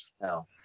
No